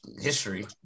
history